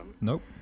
Nope